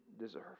deserve